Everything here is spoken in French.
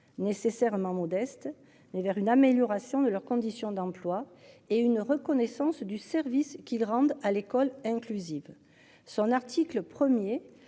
nécessairement modeste mais vers une amélioration de leurs conditions d'emploi et une reconnaissance du service qu'ils rendent à l'école inclusive. Son article 1er